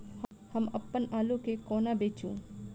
हम अप्पन आलु केँ कोना बेचू?